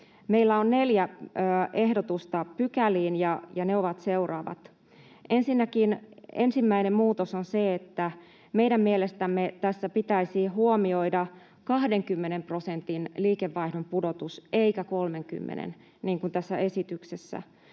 Meillä on neljä ehdotusta pykäliin, ja ne ovat seuraavat: Ensinnäkin ensimmäinen muutos on se, että meidän mielestämme tässä pitäisi huomioida 20 prosentin liikevaihdon pudotus eikä 30:n, niin kuin tässä esityksessä.